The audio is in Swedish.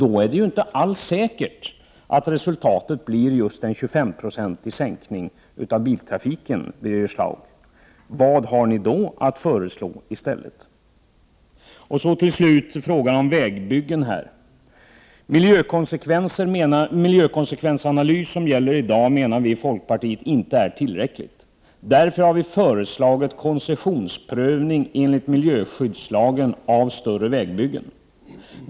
Då är det inte alls säkert att resultatet blir just en 25-procentig minskning av biltrafiken, Birger Schlaug. Vad har ni då att föreslå i stället? Slutligen vill jag ta upp frågan om vägbyggen. Den miljökonsekvensanalys som gäller i dag är inte tillräcklig, och därför har vi i folkpartiet föreslagit koncessionsprövning enligt miljöskyddslagen av större vägbyggen.